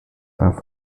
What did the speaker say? are